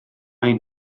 ein